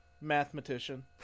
mathematician